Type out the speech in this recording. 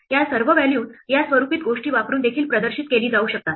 या सर्व व्हॅल्यूज या स्वरूपीत गोष्टी वापरून देखील प्रदर्शित केली जाऊ शकतात